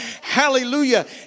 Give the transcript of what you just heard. Hallelujah